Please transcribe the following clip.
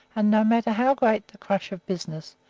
and no matter how great the crush of business,